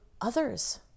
others